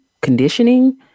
conditioning